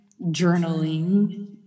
journaling